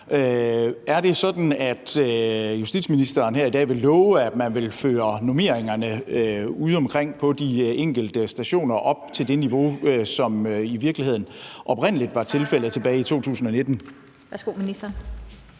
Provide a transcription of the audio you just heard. Er det sådan, at justitsministeren her i dag vil love, at man vil føre normeringerne udeomkring på de enkelte stationer op til det niveau, som i virkeligheden oprindelig var tilfældet tilbage i 2019? Kl.